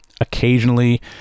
Occasionally